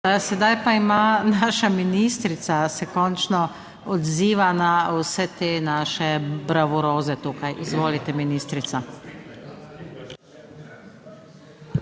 Sedaj pa ima naša ministrica, se končno odziva na vse te naše bravuloze tukaj. Izvolite, ministrica.